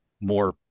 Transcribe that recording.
more